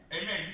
Amen